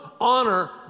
honor